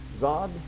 God